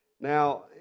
Now